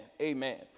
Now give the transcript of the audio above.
amen